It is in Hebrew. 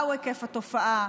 מהו היקף התופעה,